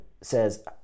says